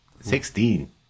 Sixteen